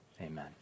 amen